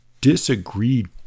disagreed